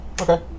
Okay